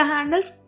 Handles